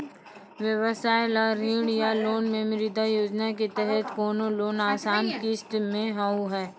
व्यवसाय ला ऋण या लोन मे मुद्रा योजना के तहत कोनो लोन आसान किस्त मे हाव हाय?